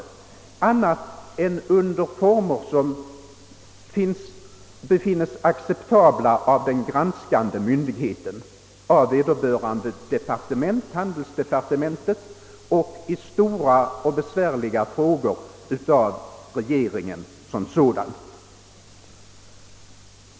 De får inte sälja annat än om så befinns acceptabelt av den granskande myndigheten, av vederbörande departement, handelsdepartement, och i stora och besvärliga frågor av regeringen som sådan.